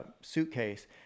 suitcase